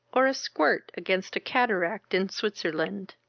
or a squirt against a cataract in switzerland.